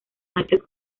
michael